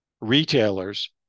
retailers